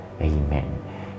Amen